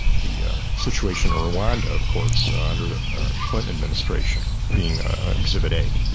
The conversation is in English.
the situation in rwanda of course under the clinton administration being exhibit a.